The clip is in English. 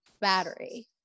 battery